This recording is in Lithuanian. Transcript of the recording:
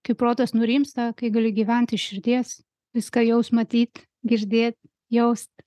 kai protas nurimsta kai gali gyvent iš širdies viską jaust matyt girdėt jaust